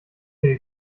hier